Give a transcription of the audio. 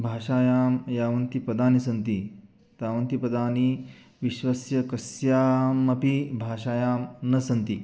भाषायां यावन्ति पदानि सन्ति तावन्ति पदानि विश्वस्य कस्यामपि भाषायां न सन्ति